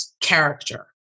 character